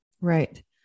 Right